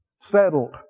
Settled